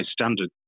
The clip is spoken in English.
standard